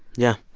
yeah.